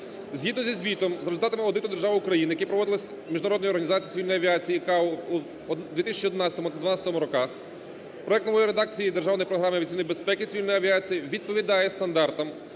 Згідно зі звітом, за результатом аудиту держави України, який проводився Міжнародною організацією цивільної авіації IKAO в 2011 та 12-му роках, проект нової редакції державної програми авіаційної безпеки цивільної авіації відповідає стандартам